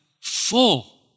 full